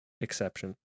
exception